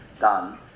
done